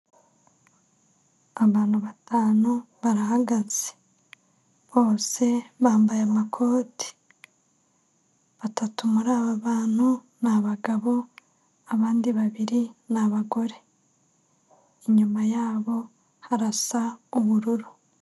Abantu batanu barahagaze bose bambaye amakoti, batatu muri aba bantu ni abagabo abandi babiri n'abagore, inyuma yabo harasa ubururu.